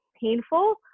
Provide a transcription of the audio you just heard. painful